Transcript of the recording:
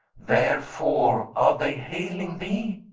therefore are they haling thee?